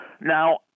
Now